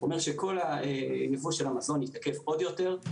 אומר שכל הייבוא של המזון יתעכב עוד יותר.